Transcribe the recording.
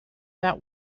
that